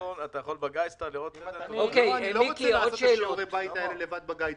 אני לא רוצה לעשות את שיעורי הבית האלה לבד בגיידסטאר.